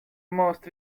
most